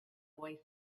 boy